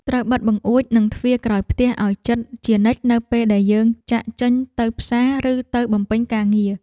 ត្រូវបិទបង្អួចនិងទ្វារក្រោយផ្ទះឱ្យជិតជានិច្ចនៅពេលដែលយើងចាកចេញទៅផ្សារឬទៅបំពេញការងារ។